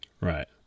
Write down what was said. Right